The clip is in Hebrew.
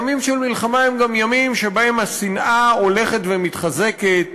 ימים של מלחמה הם גם ימים שבהם השנאה הולכת ומתחזקת